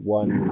one